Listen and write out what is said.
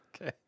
Okay